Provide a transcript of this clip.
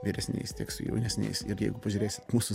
vyresniais tiek su jaunesniais ir jeigu pažiūrėsit mūsų